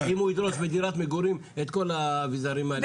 אם הוא ידרוש בדירת מגורים את כל האביזרים האלו?